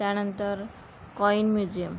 त्यानंतर coin museum